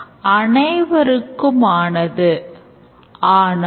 நாம் class diagram ஐ வெளிப்படுத்தும் பல்வேறு வழிகளைப் பாப்போம்